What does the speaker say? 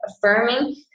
affirming